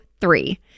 three